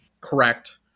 Correct